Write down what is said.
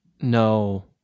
no